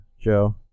Joe